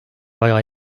vaja